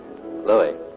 Louis